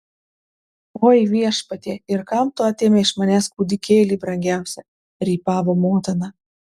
oi viešpatie ir kam tu atėmei iš manęs kūdikėlį brangiausią rypavo motina